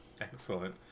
Excellent